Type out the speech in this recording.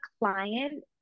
client